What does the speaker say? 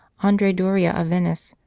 andrea doria of venice,